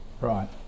Right